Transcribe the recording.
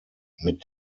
mit